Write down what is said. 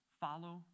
Follow